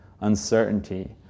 Uncertainty